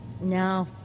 No